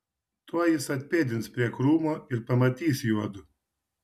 tuoj jis atpėdins prie krūmo ir pamatys juodu